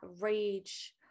rage